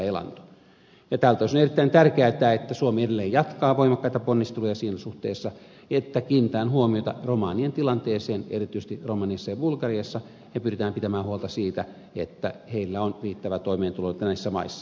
ja tältä osin on erittäin tärkeätä että suomi edelleen jatkaa voimakkaita ponnisteluja siinä suhteessa että kiinnitetään huomiota romanien tilanteeseen erityisesti romaniassa ja bulgariassa ja pyritään pitämään huolta siitä että heillä on riittävä toimeentulo näissä maissa